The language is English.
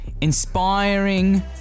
inspiring